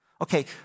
Okay